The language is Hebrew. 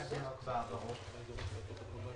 ראש אגף רישוי, משרד התחבורה.